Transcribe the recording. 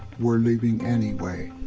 we're leaving anyway.